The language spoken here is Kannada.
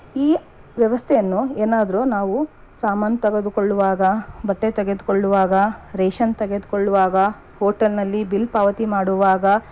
ಈ ವ್ಯವಸ್ಥೆಯನ್ನು ಏನಾದ್ರೂ ನಾವು ಸಾಮಾನು ತೆಗೆದುಕೊಳ್ಳುವಾಗ ಬಟ್ಟೆ ತೆಗೆದುಕೊಳ್ಳುವಾಗ ರೇಷನ್ ತೆಗೆದುಕೊಳ್ಳುವಾಗ ಹೋಟೆಲ್ನಲ್ಲಿ ಬಿಲ್ ಪಾವತಿ ಮಾಡುವಾಗ